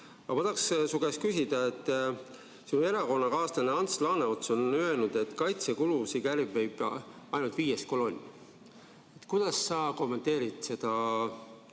Aga ma tahaks su käest ka küsida. Su erakonnakaaslane Ants Laaneots on öelnud, et kaitsekulusid kärbib ainult viies kolonn. Kuidas sa kommenteerid seda